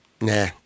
Nah